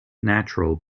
natural